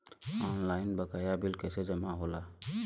Online बकाया bill कैसे जमा होला?